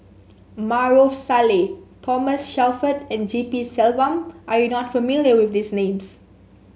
Maarof Salleh Thomas Shelford and G P Selvam are you not familiar with these names